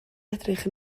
edrych